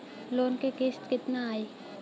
Loan क किस्त कितना आई?